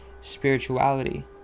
spirituality